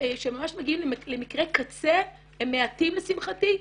שממש מגיעים למקרי קצה הם מעטים לשמחתי.